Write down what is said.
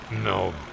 No